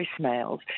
voicemails